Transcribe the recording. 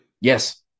Yes